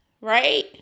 right